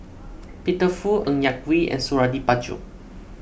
Peter Fu Ng Yak Whee and Suradi Parjo